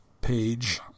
page